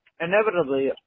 inevitably